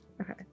Okay